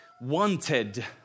wanted